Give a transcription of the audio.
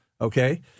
Okay